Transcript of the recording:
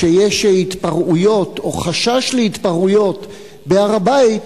כשיש התפרעויות או חשש להתפרעויות בהר-הבית,